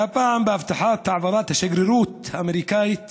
והפעם בהבטחה להעביר את השגרירות האמריקנית